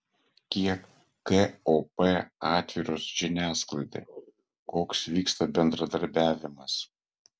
kiek kop atviros žiniasklaidai koks vyksta bendradarbiavimas